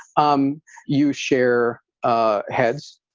um you share ah heads,